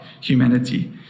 humanity